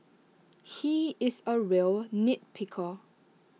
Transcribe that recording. he is A real nit picker